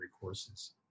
courses